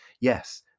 yes